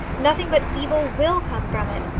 nothing but evil will come from it.